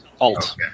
Alt